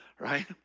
Right